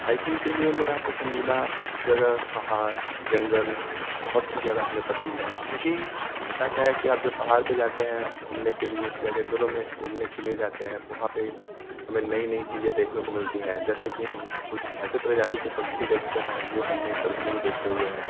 hacking के लिए मेरा पसंदीदा जगह पहाड़ जंगल बहुत ही ज़्यादा हमें पसंद है क्योंकि होता क्या है कि आप जब पहाड़ पे जाते है घूमने के लिए या जंगलों में घूमने के लिए जाते है तो वहाँ पे हमे नई नई चीज़ें देखने को मिलती है जैसे कि हम कुछ ऐसे प्रजाति के पक्षी देखते है जो हमने कभी नहीं देखे हुए है